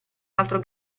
altro